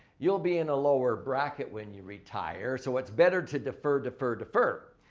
you'll be in a lower bracket when you retire. so, it's better to defer, defer, defer.